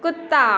कुत्ता